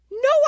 No